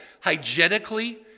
Hygienically